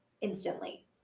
instantly